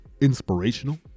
inspirational